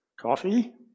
Coffee